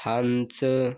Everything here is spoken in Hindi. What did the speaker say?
हंस